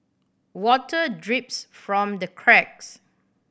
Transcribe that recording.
water drips from the cracks